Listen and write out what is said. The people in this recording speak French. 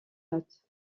note